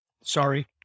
sorry